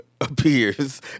Appears